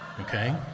okay